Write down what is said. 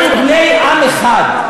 אנחנו בני עם אחד.